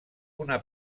una